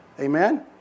Amen